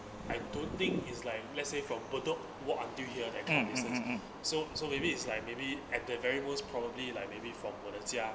I don't think it's like let's say from bedok walk until here that kind of business so so maybe it's like maybe at the very most probably like maybe from 我的家